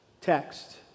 text